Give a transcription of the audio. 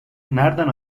nerden